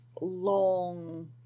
long